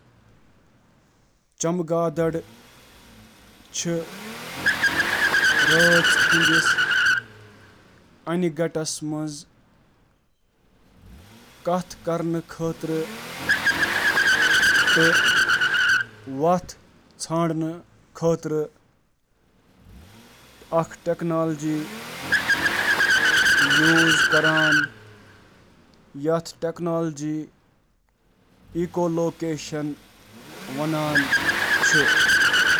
bat چِھ تیز آواز ہنٛز لہرٕ خٲرج کٔرتھ اندھیرس منٛز نیویگیٹ کرنہٕ خاطرٕ ایکولوکیشن استعمال کران، یتھ الٹراساؤنڈ چُھ وننہٕ یوان، تہٕ چیزن پیٹھ اچھالن وٲل گونج بوزتھ: